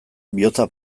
bihotza